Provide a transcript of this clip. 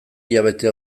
hilabete